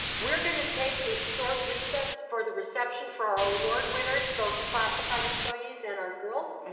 we're gonna take a short recess for the reception for our award winners, both classified employees and our girls,